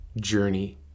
journey